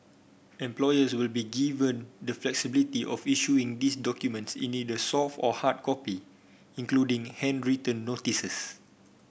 employers will be given the flexibility of issuing these documents in either soft or hard copy including handwritten notices